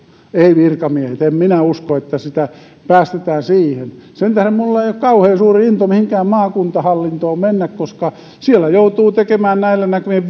eivät virkamiehet en minä usko että sitä päästetään siihen sen tähden minulla ei ole kauhean suurta intoa mihinkään maakuntahallintoon mennä koska siellä joutuu tekemään näillä näkymin